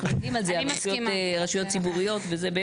אנחנו יודעים על זה ברשויות ציבוריות וכו'.